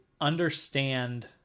understand